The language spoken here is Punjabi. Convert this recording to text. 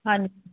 ਹਾਂਜੀ